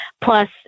Plus